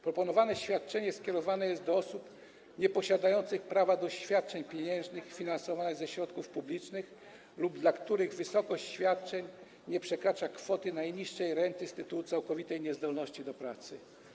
Proponowane świadczenie skierowane jest do osób, które nie posiadają prawa do świadczeń pieniężnych finansowanych ze środków publicznych lub których świadczenie nie przekracza kwoty najniższej renty z tytułu całkowitej niezdolności do pracy.